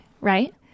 right